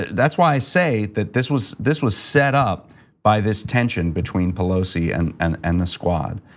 that's why i say that this was this was set up by this tension between pelosi and and and the squad,